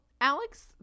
Alex